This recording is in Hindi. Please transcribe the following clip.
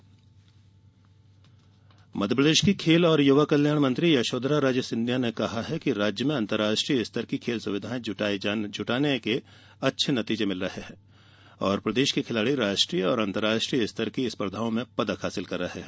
सिंधिया प्रदेश की खेल और युवा कल्याण मंत्री यशोधरा राजे सिंधिया ने कहा है कि राज्य में अंतर्राष्ट्रीय स्तर की खेल सुविधाएं जुटाये जाने के अच्छे नतीजे मिल रहे हैं और प्रदेश के खिलाड़ी राष्ट्रीय और अंतर्राष्ट्रीय स्तर की स्पर्धाओं में पदक हासिल कर रहे हैं